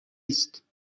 است